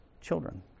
children